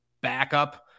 backup